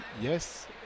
yes